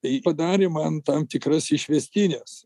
tai padarė man tam tikras išvestines